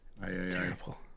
terrible